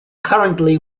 currently